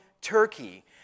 turkey